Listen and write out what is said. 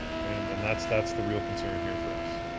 and and that's that's the real concern here for us.